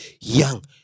young